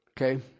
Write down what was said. Okay